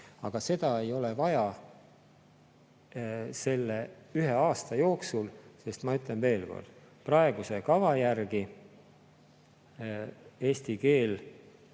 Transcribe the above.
Aga seda ei ole vaja ühe aasta jooksul, sest ma ütlen veel kord: praeguse kava järgi eesti keel